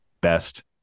best